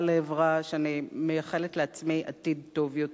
לעברה שאני מייחלת לעצמי עתיד טוב יותר.